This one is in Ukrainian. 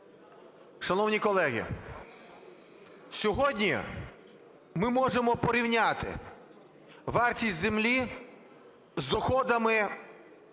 Шановні колеги, сьогодні ми можемо порівняти вартість землі з доходами,